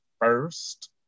first